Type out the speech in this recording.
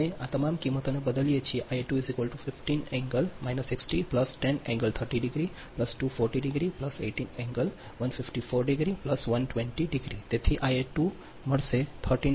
અમે આ તમામ કિંમતોને બદલીએ છીએ જે Ia2 15 60 ° 10 30 ° 240 ° 18 154 ° 120 ° તેથી Ia2 મળશે 13